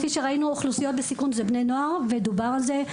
אוכלוסיות בסיכון זה בני נוער, ודובר על זה.